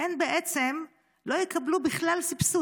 הן בעצם לא יקבלו בכלל סבסוד.